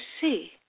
see